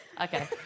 Okay